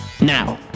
Now